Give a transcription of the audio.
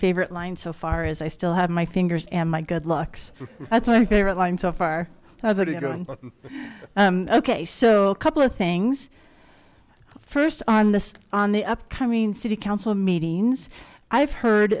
favorite line so far as i still have my fingers and my good looks that's my favorite line so far okay so a couple of things first on this on the upcoming city council meetings i've heard